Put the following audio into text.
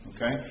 Okay